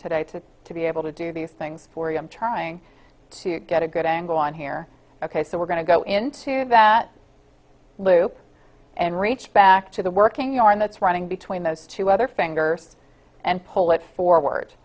today to to be able to do these things for you i'm trying to get a good angle on here ok so we're going to go into that loop and reach back to the working yarn that's running between those two other fingers and pull it forward